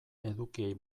edukiei